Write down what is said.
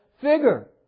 figure